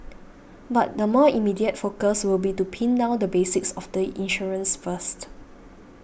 but the more immediate focus will be to pin down the basics of the insurance first